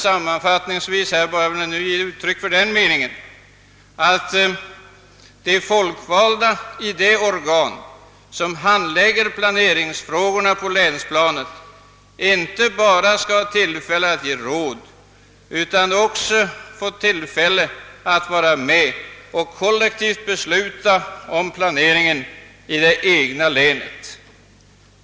Sammanfattningsvis är jag av den meningen, att de folkvalda i det organ som handlägger planeringsfrågorna på länsplanet inte bara skall ha tillfälle att ge råd utan också få tillfälle att vara med och kollektivt besluta om planeringen i det egna länet.